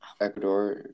Ecuador